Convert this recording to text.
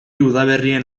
udaberrien